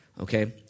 Okay